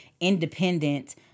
independent